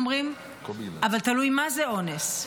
והיו אומרים: אבל תלוי מה זה אונס.